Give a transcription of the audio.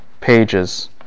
pages